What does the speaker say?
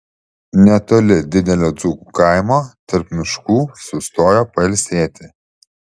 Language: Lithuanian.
netoli didelio dzūkų kaimo tarp miškų sustojo pailsėti